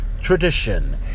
tradition